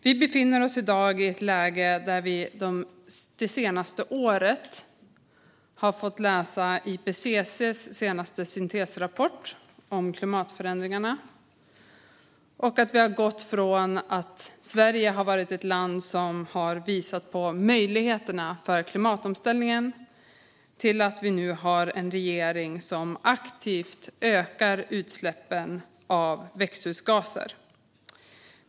Vi befinner oss i dag i ett läge där vi under det senaste året har fått läsa IPCC:s senaste syntesrapport om klimatförändringarna samtidigt som Sverige har gått från att vara ett land som visar på möjligheterna i klimatomställningen till att ha en regering som aktivt ökar utsläppen av växthusgaser.